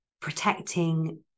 protecting